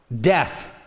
Death